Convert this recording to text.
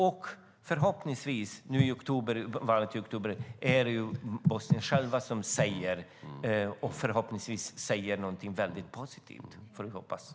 I valet nu i oktober är det förhoppningsvis bosnierna själva som gör sin röst hörd och säger något väldigt positivt.